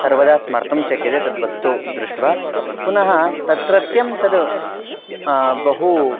सर्वदा स्मर्तुं शक्यते तद्वस्तु दृष्ट्वा पुनः तत्रत्यं तद् बहु